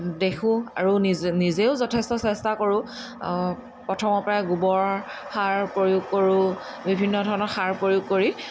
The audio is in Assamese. দেখোঁ আৰু নিজে নিজেও যথেষ্ট চেষ্টা কৰোঁ প্ৰথমৰ পৰা গোবৰ সাৰ প্ৰয়োগ কৰোঁ বিভিন্ন ধৰণৰ সাৰ প্ৰয়োগ কৰি